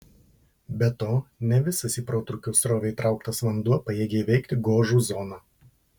be to ne visas į protrūkio srovę įtrauktas vanduo pajėgia įveikti gožų zoną